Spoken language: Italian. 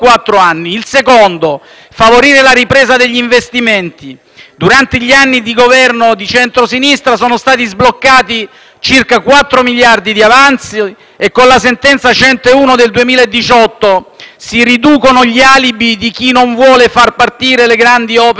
durante gli anni di Governo di centrosinistra sono stati sbloccati circa quattro miliardi di avanzi e con la sentenza n. 101 del 2018 si riducono gli alibi di chi non vuole far partire le grandi opere infrastrutturali. Un'altra cosa che chiediamo è di dare continuità